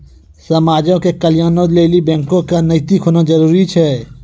समाज के कल्याणों लेली बैको क नैतिक होना जरुरी छै